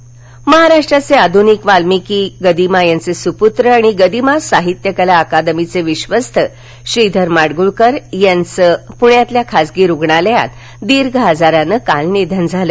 निधन महाराष्ट्राचे आधुनिक वाल्मिकी गदिमा यांचे सुपूत्र आणि गदिमा साहित्य कला अकादमीचे विश्वस्त श्रीधर माडगूळकर यांचं पुण्यातील खासगी रुग्णालयात दीर्घ आजारानं काल निधन झालं